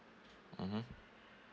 mmhmm